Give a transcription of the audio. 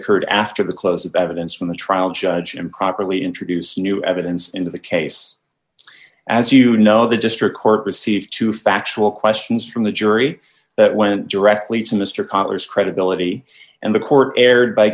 occurred after the close of evidence from the trial judge improperly introduce new evidence into the case as you know the district court received two factual questions from the jury that went directly to mr collins credibility and the court erred by